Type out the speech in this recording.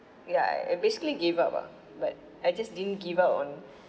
I basically gave up ah but I just didn't give up on